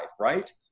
right